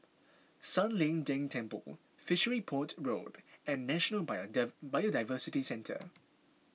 San Lian Deng Temple Fishery Port Road and National Biodiversity Centre